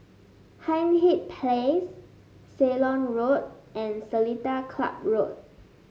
Hindhede Place Ceylon Road and Seletar Club Road